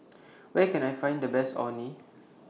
Where Can I Find The Best Orh Nee